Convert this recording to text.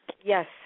Yes